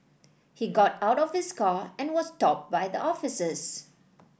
he got out of his car and was stopped by the officers